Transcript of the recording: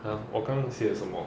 !huh! 我刚刚写什么